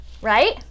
Right